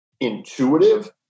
intuitive